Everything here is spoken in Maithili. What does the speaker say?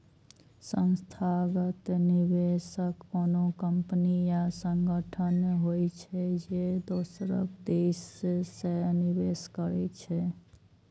संस्थागत निवेशक कोनो कंपनी या संगठन होइ छै, जे दोसरक दिस सं निवेश करै छै